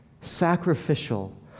sacrificial